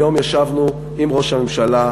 היום ישבנו עם ראש הממשלה,